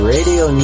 Radio